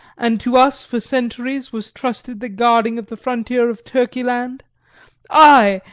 and to us for centuries was trusted the guarding of the frontier of turkey-land ay,